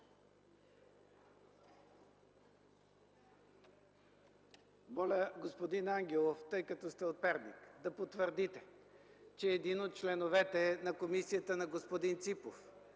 Моля, господин Найденов, тъй като сте от Перник, да потвърдите, че един от членовете на комисията на господин Ципов